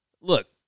Look